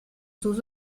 sus